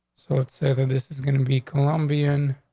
so it said that this is gonna be colombian